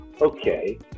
okay